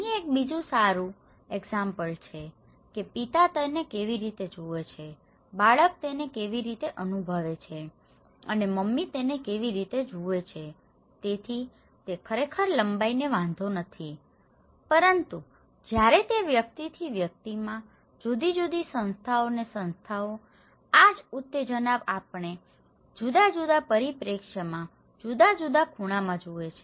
અહીં એક બીજું સારું એક્ઝામ્પલ છે કે પિતા તેને કેવી રીતે જુએ છે બાળક તેને કેવી રીતે અનુભવે છે અને મમ્મી તેને કેવી રીતે જુએ છે તેથી તે ખરેખર લંબાઈને વાંધો નથી પરંતુ જ્યારે તે વ્યક્તિથી વ્યક્તિમાં જુદી જુદી સંસ્થાઓને સંસ્થાઓ આ જ ઉત્તેજના આપણે જુદા જુદા પરિપ્રેક્ષ્યમાં જુદા જુદા ખૂણામાં જુએ છે